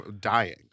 dying